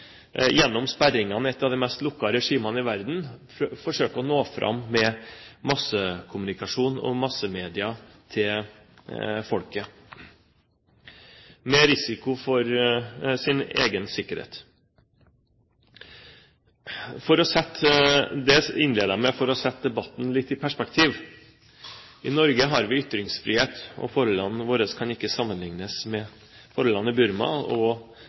gjennom sperringene i et av de mest lukkede regimene i verden – med massekommunikasjon og massemedia til folket, med risiko for egen sikkerhet. Dette innleder jeg med for å sette debatten litt i perspektiv. I Norge har vi ytringsfrihet, og forholdene våre kan ikke sammenlignes med forholdene i Burma.